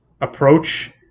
approach